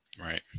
Right